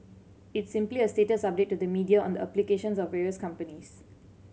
it's simply a status update to the media on the applications of various companies